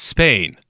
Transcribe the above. Spain